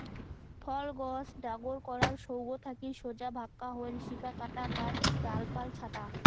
ফল গছ ডাগর করার সৌগ থাকি সোজা ভাক্কা হইল শিপা কাটা বা ডালপালা ছাঁটা